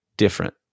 Different